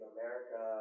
America